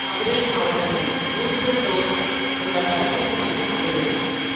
மதுரை மாவட்டத்தில் booster dose உள்ள தடுப்பூசி மையம் எது